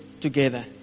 together